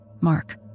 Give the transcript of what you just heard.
Mark